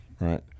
Right